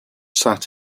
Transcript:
sat